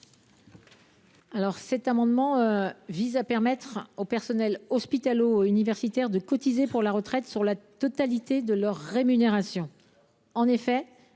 Cet amendement vise à permettre aux personnels hospitalo universitaires de cotiser pour leur retraite sur la totalité de leur rémunération. En effet,